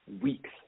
weeks